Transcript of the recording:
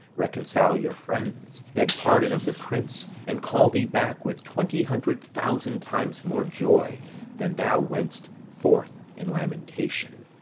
reconcile your friends, beg pardon of the prince, and call thee back with twenty hundred thousand times more joy than thou went'st forth in lamentation.